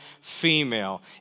female